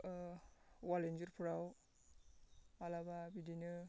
ओ अवाल इन्जुरफोराव माब्लाबा बिदिनो